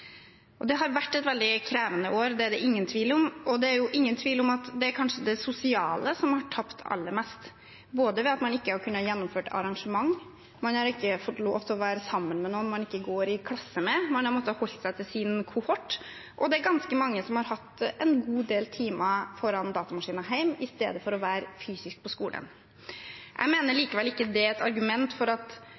Det har vært et veldig krevende år, det er det ingen tvil om. Og det er ingen tvil om at det kanskje er det sosiale som har tapt aller mest, både ved at man ikke har kunnet gjennomføre arrangementer, man ikke har fått lov til å være sammen med noen man ikke går i klasse med, man har måttet holde seg til sin kohort, og det er ganske mange som har hatt en god del timer foran datamaskinen hjemme i stedet for å være fysisk på skolen. Jeg mener likevel at det ikke er et argument for at